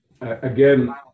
again